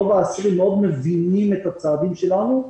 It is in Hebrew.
רוב האסירים מאוד מבינים את הצעדים שלנו.